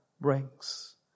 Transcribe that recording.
brings